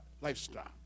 lifestyle